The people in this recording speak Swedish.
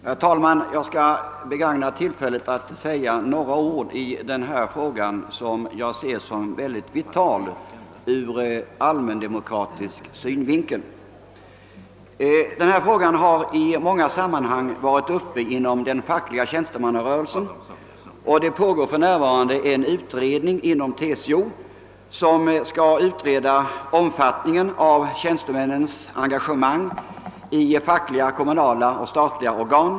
Herr talman! Jag skall begagna tillfället till att säga några ord i denna fråga som jag betraktar som vital ur allmändemokratisk synvinkel. Frågan har i många sammanhang varit uppe inom den fackliga tjänstemannarörelsen. För närvarande pågår en utredning inom TCO rörande omfattningen av tjänstemännens engagemang i fackliga, kommunala och statliga organ.